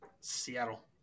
Seattle